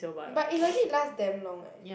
but eh legit last damn long eh